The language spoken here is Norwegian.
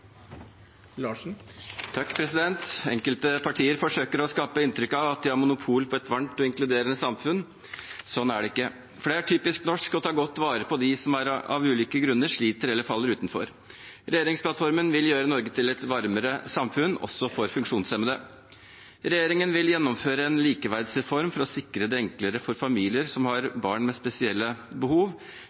Enkelte partier forsøker å skape inntrykk av at de har monopol på et varmt og inkluderende samfunn. Slik er det ikke, for det er typisk norsk å ta godt vare på dem som av ulike grunner sliter eller faller utenfor. Regjeringsplattformen vil gjøre Norge til et varmere samfunn også for funksjonshemmede. I regjeringserklæringen sa statsministeren: «Regjeringen vil gjennomføre en likeverdsreform for å gjøre det enklere for familier som har barn med spesielle behov.